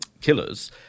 killers